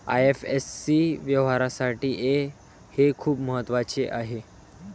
IFSC व्यवहारासाठी हे खूप महत्वाचे आहे